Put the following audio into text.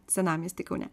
senamiesty kaune